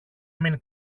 μην